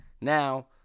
now